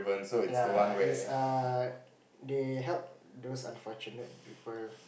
ya it's err they help those unfortunate people